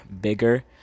bigger